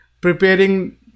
preparing